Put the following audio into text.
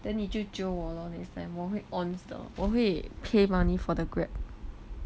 then 你就 jio 我 lor next time 我会 ons 的我会 pay money for the Grab